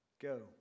Go